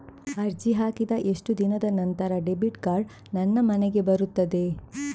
ಅರ್ಜಿ ಹಾಕಿದ ಎಷ್ಟು ದಿನದ ನಂತರ ಡೆಬಿಟ್ ಕಾರ್ಡ್ ನನ್ನ ಮನೆಗೆ ಬರುತ್ತದೆ?